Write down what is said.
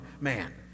man